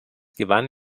gewann